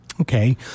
Okay